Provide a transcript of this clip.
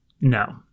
no